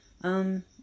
Um